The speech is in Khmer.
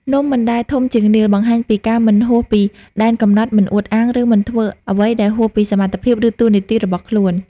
នំមិនដែលធំជាងនាឡិ បង្ហាញពីការមិនហួសពីដែនកំណត់ មិនអួតអាង ឬមិនធ្វើអ្វីដែលហួសពីសមត្ថភាព ឬតួនាទីរបស់ខ្លួន។